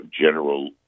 general